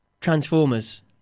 Transformers